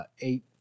eight